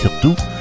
surtout